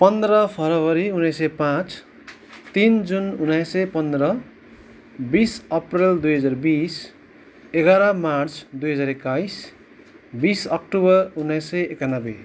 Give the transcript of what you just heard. पन्ध्र फरवरी उन्नाइस सय पाँच तिन जुन उन्नाइस सय पन्ध्र बिस अप्रेल दुई हजार बिस एघार मार्च दुई हजार एक्काइस बिस अक्टोबर उन्नाइस सय एकानब्बे